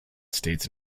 states